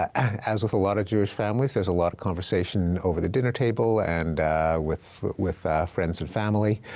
as with a lot of jewish families, there's a lot of conversation over the dinner table and with with friends and family.